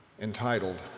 entitled